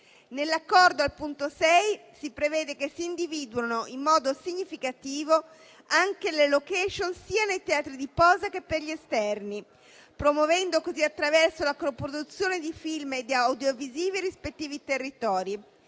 Nell'Accordo, al punto 6, si prevede che si individuino in modo significativo anche le *location*, sia nei teatri di posa sia per gli esterni, promuovendo così attraverso la coproduzione di film e di audiovisivi i rispettivi territori.